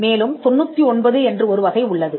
மேலும் 99 என்று ஒரு வகை உள்ளது